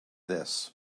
this